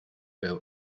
built